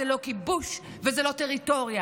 זה לא כיבוש וזו לא טריטוריה,